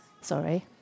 Sorry